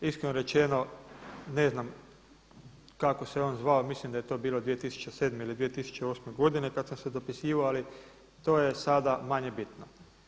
Iskreno rečeno ne znam kako se on zvao, mislim da je to bilo 2007. ili 2008. godine kada sam se dopisivao, ali to je sada manje bitno.